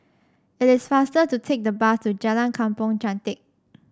it is faster to take the bus to Jalan Kampong Chantek